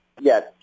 Yes